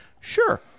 sure